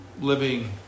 living